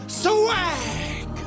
swag